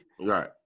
Right